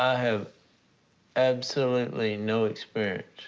ah have absolutely no experience.